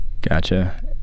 Gotcha